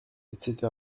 etc